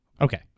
Okay